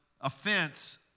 offense